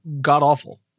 god-awful